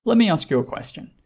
let me ask you a question.